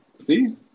See